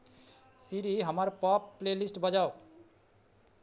सीरी हमर pop playlist बजाउ